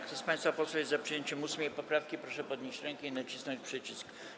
Kto z państwa posłów jest za przyjęciem 8. poprawki, proszę podnieść rękę i nacisnąć przycisk.